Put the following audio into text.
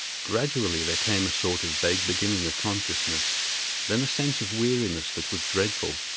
gradually there came a sort of vague beginning of consciousness then a sense of weariness that was dreadful.